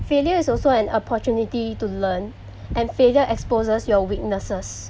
failure is also an opportunity to learn and failure exposes your weaknesses